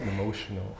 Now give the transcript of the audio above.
emotional